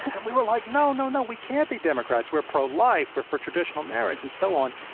and we were like, no, no, no. we can't be democrats. we're pro-life. we're for traditional marriage and so on.